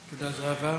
תודה, זהבה.